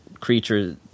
creature